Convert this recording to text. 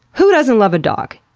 who doesn't love a dog?